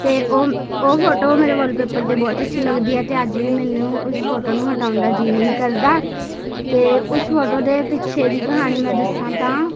ਅਤੇ ਉਹ ਉਹ ਫੋਟੋ ਮੇਰੇ ਵੋਲਪੇਪਰ 'ਤੇ ਬਹੁਤ ਅੱਛੀ ਲੱਗਦੀ ਹੈ ਅਤੇ ਅੱਜ ਵੀ ਮੈਨੂੰ ਉਸ ਫੋਟੋ ਨੂੰ ਹਟਾਉਣ ਦਾ ਜੀਅ ਨਹੀਂ ਕਰਦਾ ਅਤੇ ਉਸ ਫੋਟੋ ਦੇ ਪਿੱਛੇ ਦੀ ਕਹਾਣੀ ਮੈਂ ਦੱਸਾਂ ਤਾਂ